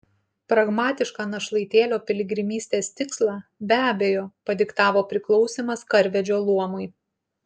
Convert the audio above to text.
pragmatišką našlaitėlio piligrimystės tikslą be abejo padiktavo priklausymas karvedžio luomui